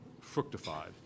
fructified